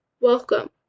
Welcome